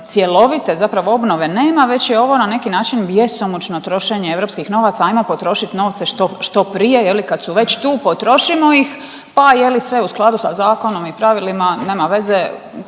cjelovite zapravo obnove nema već je ovo na neki način bjesomučno trošenje europskih novaca, ajmo potrošit novce što prije kad su već tu potrošimo ih. Pa je li sve u skladu sa zakonom i pravilima, nema veze,